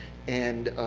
and